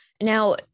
now